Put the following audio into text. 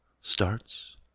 starts